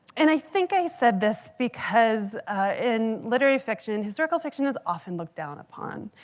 and i think i said this because in literary fiction, historical fiction is often looked down upon.